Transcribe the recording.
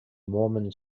mormon